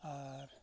ᱟᱨ